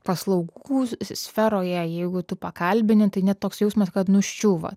paslaugų sferoje jeigu tu pakalbini tai net toks jausmas kad nuščiūva